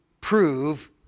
prove